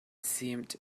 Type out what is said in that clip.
seemed